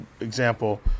example